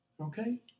Okay